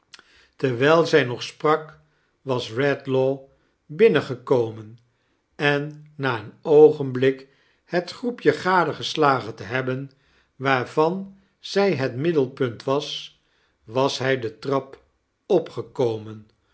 terwijl zij nog sprak was redlaw binnengekomen en na een oogenblik het groepje gadegeslagen te hebben waarvan zij het middenpunt was was b ij de trap opgekomen